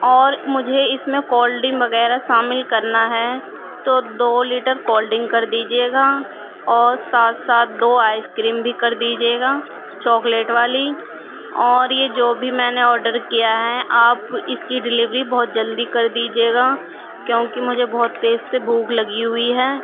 اور مجھے اس میں کولڈنگ وغیرہ شامل کرنا ہے تو دو لیٹر کولڈنگ کر دیجیے گا اور ساتھ ساتھ دو آئس کریم بھی کر دیجیے گا چاکلیٹ والی اور یہ جو بھی میں نے آڈر کیا ہے آپ اس کی ڈلیوری بہت جلدی کر دیجیے گا کیوں کہ مجھے بہت تیز سے بھوک لگی ہوئی ہے